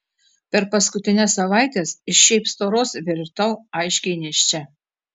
per paskutines savaites iš šiaip storos virtau aiškiai nėščia